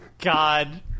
God